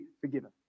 forgiven